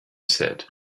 said